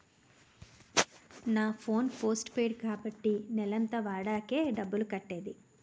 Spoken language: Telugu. నా ఫోన్ పోస్ట్ పెయిడ్ కాబట్టి నెలంతా వాడాకే డబ్బులు కట్టేది